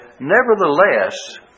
Nevertheless